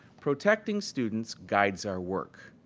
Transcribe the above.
protecting students guides our work.